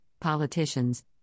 politicians